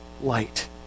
light